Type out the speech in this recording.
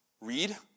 Read